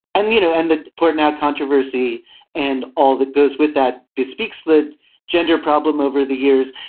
and, you know, and the portnow controversy and all that goes with that bespeaks that gender problem over the years.